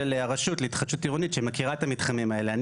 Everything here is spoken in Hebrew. הרשות להתחדשות עירונית שמכירה את המתחמים האלה.